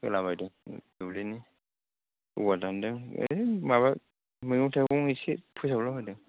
होलाबायदों दुब्लिनि औवा दान्दों ओरैनो माबा मैगं थाइगं इसे फोसाबलाबायदों